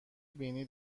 بینی